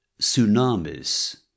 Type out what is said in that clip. tsunamis